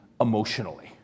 emotionally